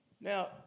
Now